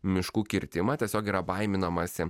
miškų kirtimą tiesiog yra baiminamasi